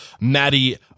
Maddie